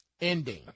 ending